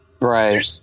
Right